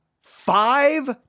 Five